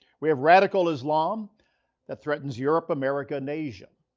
we have radical islam that threatens europe, america and asia.